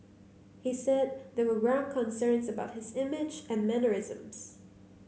he said there were ground concerns about his image and mannerisms